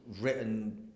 written